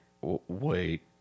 wait